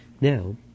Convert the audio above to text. Now